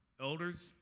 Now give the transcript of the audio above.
elders